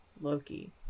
Loki